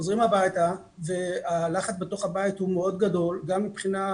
חוזרים הביתה והלחץ בתוך הבית הוא מאוד גדול גם פיזית,